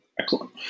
Excellent